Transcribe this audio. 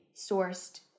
sourced